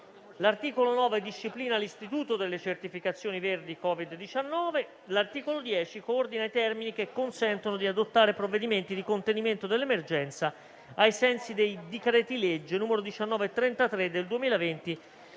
L'articolo 9 disciplina l'istituto delle certificazioni verdi Covid-19. L'articolo 10 coordina i termini che consentono di adottare provvedimenti di contenimento dell'emergenza ai sensi dei decreti-legge nn. 19 e 33 del 2020